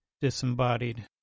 Disembodied